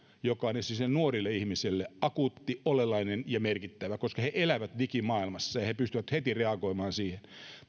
joka on esimerkiksi nuorille ihmisille akuutti olennainen ja merkittävä koska he elävät digimaailmassa ja he pystyvät heti reagoimaan siihen